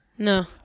No